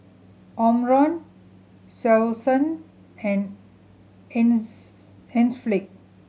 Omron Selsun and Enzyplex